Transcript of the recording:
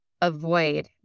avoid